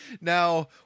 Now